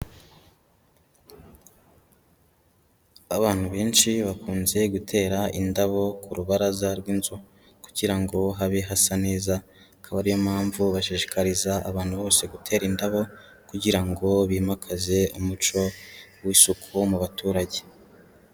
Abantu benshi bakunze gutera indabo ku rubaraza rw'inzu kugira ngo habe hasa neza, akaba ariyo mpamvu bashishikariza abantu bose gutera indabo kugira ngo bimakaze umuco w'isuku mu baturage.